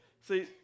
See